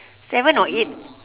seven or eight